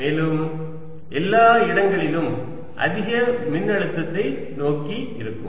மேலும் எல்லா இடங்களிலும் அதிக மின்னழுத்தத்தை நோக்கி இருக்கும்